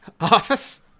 office